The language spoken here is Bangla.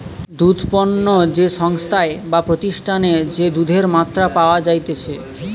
দুধ পণ্য যে সংস্থায় বা প্রতিষ্ঠানে যে দুধের মাত্রা পাওয়া যাইতেছে